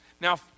Now